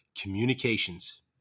communications